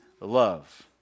love